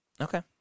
Okay